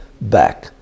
back